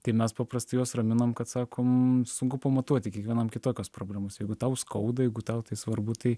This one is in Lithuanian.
tai mes paprastai juos raminam kad sakom sunku pamatuoti kiekvienam kitokios problemos jeigu tau skauda jeigu tau tai svarbu tai